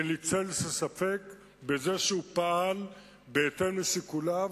אין לי צל של ספק בזה שהוא פעל בהתאם לשיקוליו,